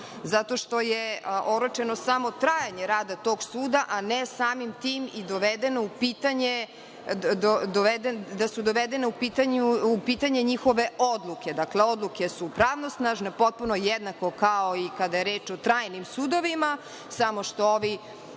zato što je oročeno samo trajanje rada tog suda, a ne samim tim da su dovedena u pitanje njihove odluke. Dakle, odluke su pravnosnažne, potpuno jednako kao i kada je reč o trajnim sudovima, samo što ovi